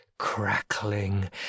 crackling